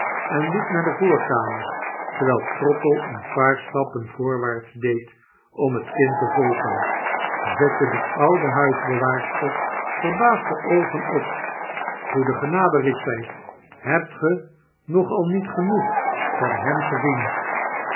en liepnaar de voorkamer terwyl trottle een paar stappen voorwaarts deed om het kind te volgen zette de oude huisbewaarster verbaasd de oogen op goeie genadel riep zy hebt ge nog al niet genoeg van hem gezien